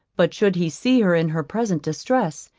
but, should he see her in her present distress,